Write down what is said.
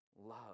love